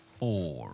four